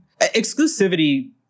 exclusivity